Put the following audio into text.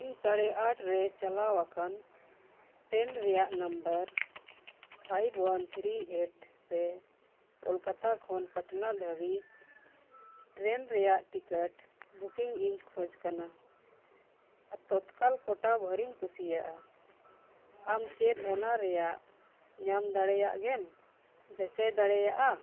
ᱤᱧ ᱥᱟᱲᱮ ᱟᱴ ᱨᱮ ᱪᱟᱞᱟᱣ ᱟᱠᱟᱱ ᱴᱨᱮᱹᱱ ᱨᱮᱭᱟᱜ number five one three eight ᱨᱮ ᱠᱳᱞᱠᱟᱛᱟ ᱠᱷᱚᱱ ᱯᱟᱴᱱᱟ ᱫᱷᱟᱹᱵᱤᱡ ᱴᱨᱮᱹᱱ ᱨᱮᱭᱟᱜ ᱴᱤᱠᱤᱴ ᱵᱩᱠᱤᱝᱤᱧ ᱠᱷᱚᱡᱽ ᱠᱟᱱᱟ ᱟᱨ ᱛᱚᱛᱠᱟᱞ ᱠᱳᱴᱟ ᱵᱷᱟᱹᱨᱤᱧ ᱠᱩᱥᱤᱭᱟᱜᱼᱟ ᱟᱢ ᱪᱮᱫ ᱚᱱᱟ ᱨᱮᱭᱟᱜ ᱧᱟᱢ ᱫᱟᱲᱮᱭᱟᱜ ᱜᱮᱢ ᱡᱟᱪᱟᱭ ᱫᱟᱲᱮᱭᱟᱜᱼᱟ